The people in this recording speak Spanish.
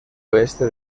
oeste